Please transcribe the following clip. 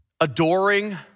adoring